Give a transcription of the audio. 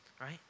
right